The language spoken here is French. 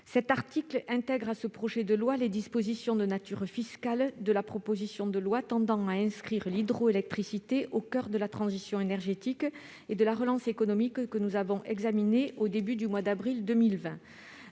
L'article 22 C intègre dans le projet de loi les dispositions de nature fiscale de la proposition de loi tendant à inscrire l'hydroélectricité au coeur de la transition énergétique et de la relance économique, que nous avons examinée au début du mois d'avril 2020.